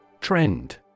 Trend